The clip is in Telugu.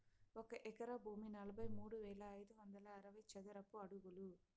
ఒక ఎకరా భూమి నలభై మూడు వేల ఐదు వందల అరవై చదరపు అడుగులు